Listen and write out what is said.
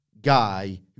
guy